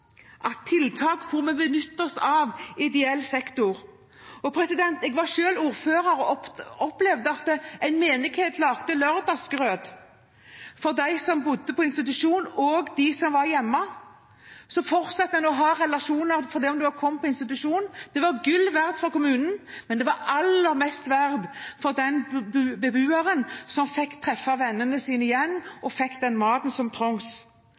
tiltak, må vi benytte oss av ideell sektor. Da jeg selv var ordfører, opplevde jeg at en menighet laget lørdagsgrøt for dem som bodde på institusjon, og for dem som var hjemme. Slik fortsatte en å ha relasjoner selv om en hadde kommet på institusjon. Det var gull verdt for kommunen, men det var aller mest verdt for den beboeren som fikk treffe vennene sine igjen og fikk den maten som